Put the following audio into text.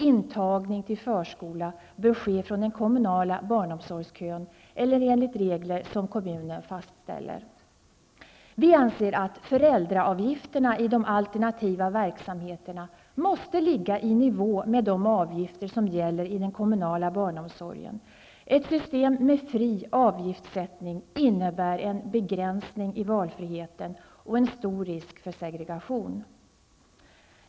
Intagning till förskola bör ske från den kommunala barnomsorgskön, eller enligt regler som kommunen fastställer. Vi anser att föräldraavgifterna i de alternativa verksamheterna måste ligga i nivå med de avgifter som gäller i den kommunala barnomsorgen. Ett system med fri avgiftssättning innebär en begränsning i valfriheten och en stor risk för segregation.